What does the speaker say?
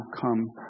come